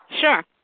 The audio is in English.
Sure